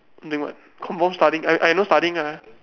doing what confirm studying I I know studying ah